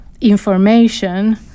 information